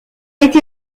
été